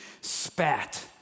spat